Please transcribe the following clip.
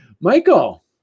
Michael